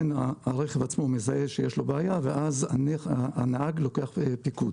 הרכב עצמו מזהה שיש לו בעיה ואז הנהג לוקח פיקוד.